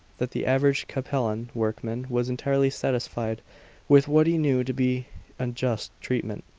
that the average capellan workman was entirely satisfied with what he knew to be unjust treatment.